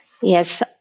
Yes